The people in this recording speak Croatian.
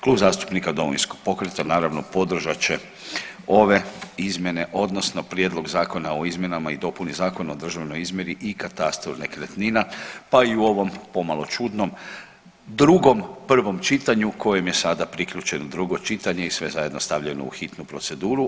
Klub zastupnika Domovinskog pokreta naravno podržat će ove izmjene, odnosno Prijedlog zakona o izmjenama i dopuni Zakona o državnoj izmjeri i katastru nekretnina, pa i u ovom pomalo čudnom drugom prvom čitanju kojem je sada priključeno drugo čitanje i sve zajedno stavljeno u hitnu proceduru.